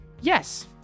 Yes